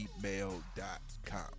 gmail.com